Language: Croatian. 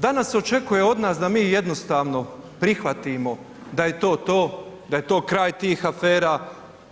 Danas se očekuje od nas da mi jednostavno prihvatimo da je to to, da je to kraj tih afera,